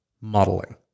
modeling